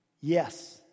Yes